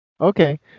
Okay